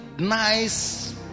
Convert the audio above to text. nice